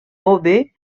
beauvais